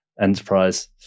enterprise